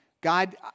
God